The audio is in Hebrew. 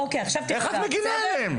איך את מגנה עליהם?